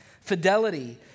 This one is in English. Fidelity